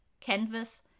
Canvas